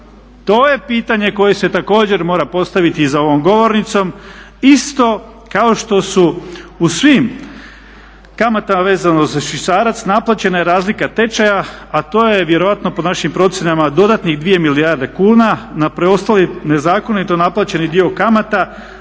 To je pitanje koje se također mora postaviti za ovom govornicom isto kao što su u svim kamatama vezano za švicarac naplaćena je razlika tečaja a to je vjerojatno po našim procjenama dodatnih 2 milijarde kuna na preostali nezakonito naplaćeni dio kamata